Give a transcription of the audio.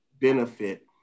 benefit